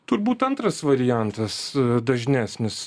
turbūt antras variantas dažnesnis